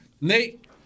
Nate